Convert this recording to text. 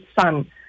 son